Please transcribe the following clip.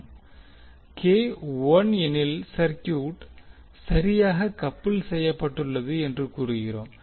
K 1 எனில் circuit சரியாக couple செய்யப்பட்டுள்ளது என்று கூறுவோம்